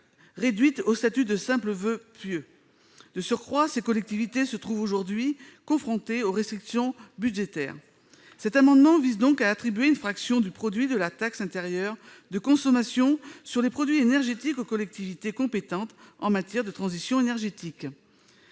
réduite au statut de simple voeu pieux. De surcroît, ces collectivités se trouvent aujourd'hui confrontées aux restrictions budgétaires. Cet amendement vise donc à attribuer une fraction du produit de la taxe intérieure de consommation sur les produits énergétiques aux collectivités compétentes en matière de transition énergétique.